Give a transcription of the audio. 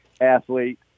athlete